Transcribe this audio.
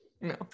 no